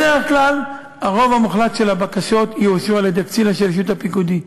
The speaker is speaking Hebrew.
בדרך כלל הרוב המוחלט של הבקשות יאושרו על-ידי קצין השלישות הפיקודי.